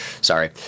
sorry